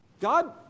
God